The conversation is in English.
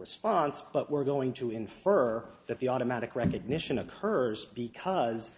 response but we're going to infer that the automatic recognition occurs because